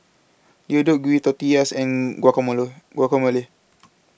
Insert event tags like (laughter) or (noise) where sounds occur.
Deodeok Gui Tortillas and Guacamole Guacamole (noise)